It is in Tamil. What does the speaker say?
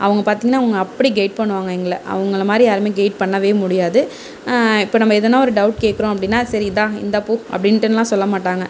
அவங்க பார்த்திங்கன்னா அவங்க அப்படி கெயிட் பண்ணுவாங்க எங்களை அவங்களை மாதிரி யாரும் கெயிட் பண்ண முடியாது இப்ப நம்ம எதனா ஒரு டவுட் கேட்குறோம் அப்படின்னா சரி இதான் இந்தா போ அப்படின்டுலாம் சொல்ல மாட்டாங்க